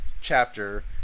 chapter